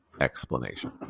explanation